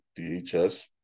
DHS